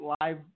live